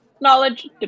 Knowledge